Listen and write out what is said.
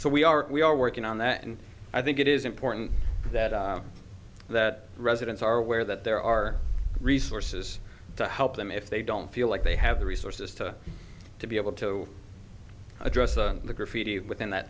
so we are we are working on that and i think it is important that that residents are aware that there are resources to help them if they don't feel like they have the resources to to be able to address the graffiti within that